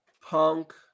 Punk